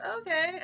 okay